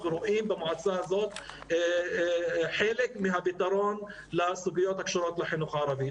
אנחנו רואים במועצה הזאת חלק מהפתרון לסוגיות הקשורות לחינוך הערבי.